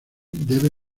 debe